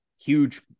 huge